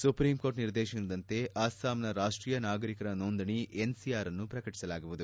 supreme court ನಿರ್ದೇಶನದಂತೆ ಅಸ್ಸಾಂನ ರಾಷ್ಟೀಯ ನಾಗರಿಕರ ನೊಂದಣಿ ಎನ್ಆರ್ಒಿಯನ್ನು ಪ್ರಕಟಿಸಲಾಗುವುದು